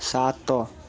ସାତ